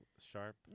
sharp